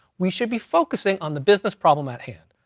we should be focusing on the business problem at hand,